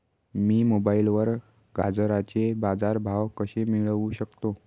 मी मोबाईलवर गाजराचे बाजार भाव कसे मिळवू शकतो?